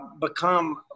become